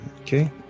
Okay